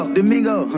Domingo